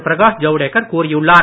பிரகாஷ் ஜவுடேகர் கூறியுள்ளார்